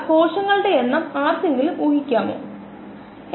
കോശങ്ങളുടെ വളർച്ചയ്ക്ക് ലഭ്യമായ ഒരേയൊരു മോഡൽ ഇതല്ല